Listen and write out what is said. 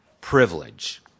privilege